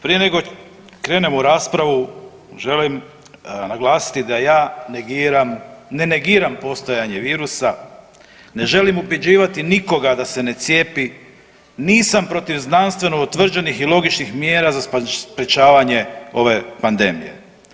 Prije nego krenem u raspravu želim naglasiti da ja negiram, ne negiram postojanje virusa, ne želim ubjeđivati nikoga da se ne cijepi, nisam protiv znanstveno utvrđenih i logičnih mjera za sprječavanje ove pandemije.